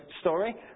story